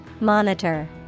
monitor